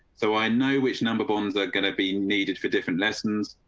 so i know which number bonds are going to be needed for different lessons.